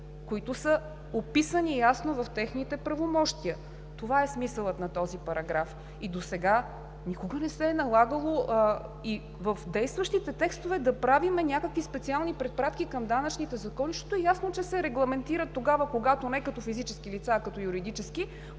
които са описани ясно в техните правомощия. Това е смисълът на този параграф и досега никога не се е налагало и в действащите текстове да правим някакви специални препратки към данъчните закони. Ясно е, че се регламентират тогава, когато не са като физически лица, а като юридически